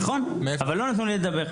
נכון אבל לא נתנו לי לדבר.